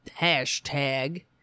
hashtag